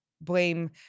blame